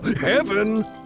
Heaven